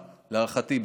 להערכתי,